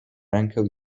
rękę